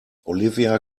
olivia